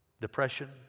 Depression